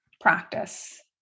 practice